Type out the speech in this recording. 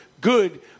good